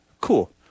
cool